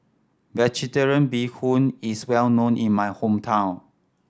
Vegetarian Bee Hoon is well known in my hometown